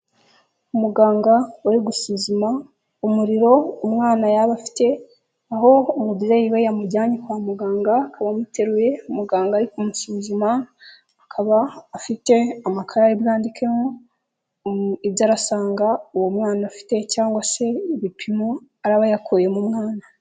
Umuganga uri gusuzuma umuriro umwana yaba afite, aho umubyeyi we yamujyanye kwa muganga akaba amuteruye, muganga ari kumusuzuma akaba afite amakayi ari bwandikemo ibyo arasanga uwo mwana afite, cyangwa se ibipimo araba yakuye mu mwana.